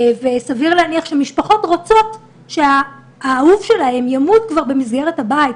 וסביר להניח שהמשפחות רוצות שהאהוב שלהם ימות כבר במסגרת הבית,